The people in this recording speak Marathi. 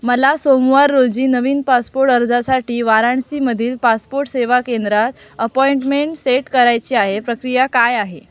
मला सोमवार रोजी नवीन पासपोड अर्जासाठी वाराणसीमधील पासपोट सेवा केंद्रात अपॉइंटमेंट सेट करायची आहे प्रक्रिया काय आहे